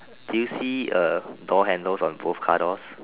do you see uh door handles on both car doors